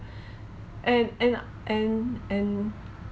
and and and and